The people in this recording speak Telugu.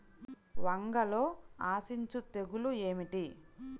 వంగలో ఆశించు తెగులు ఏమిటి?